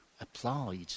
applied